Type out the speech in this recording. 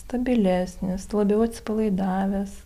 stabilesnis labiau atsipalaidavęs